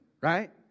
right